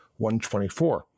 124